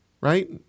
right